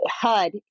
HUD